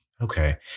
Okay